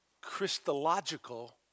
Christological